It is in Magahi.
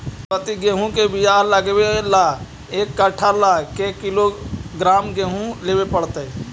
सरबति गेहूँ के बियाह लगबे ल एक कट्ठा ल के किलोग्राम गेहूं लेबे पड़तै?